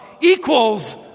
equals